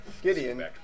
Gideon